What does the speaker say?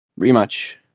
Rematch